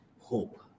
hope